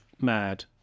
mad